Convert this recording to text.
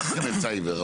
מלחמת סייבר,